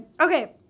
okay